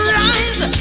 rise